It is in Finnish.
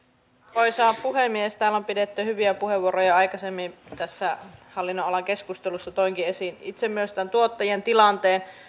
arvoisa puhemies täällä on pidetty hyviä puheenvuoroja aikaisemmin tässä hallinnonalan keskustelussa toinkin myös itse esiin tämän tuottajien tilanteen